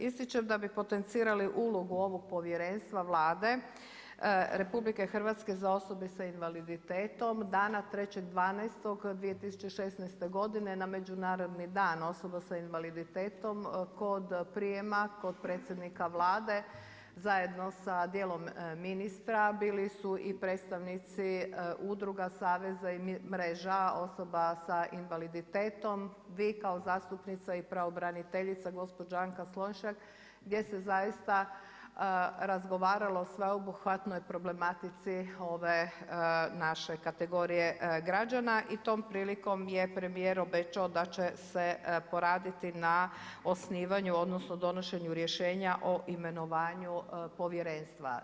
Ističem da bi potencirali ulogu ovog povjerenstva Vlade RH za osobe sa invaliditetom, dana 03. 12. 2016. godine na Međunarodni dan osoba s invaliditetom kod prijema, kod predsjednika Vlade zajedno sa dijelom ministra, bili su i predstavnici udruga, saveza i mreža osoba sa invaliditetom, vi kao zastupnica i pravobraniteljica gospođa Anka Slonjšak gdje se zaista razgovaralo o sveobuhvatnoj problematici ove naše kategorije građana i tom prilikom je premijer obećao da će se poraditi osnivanju odnosno donošenju rješenja o imenovanju povjerenstva.